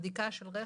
בדיקה של רכב,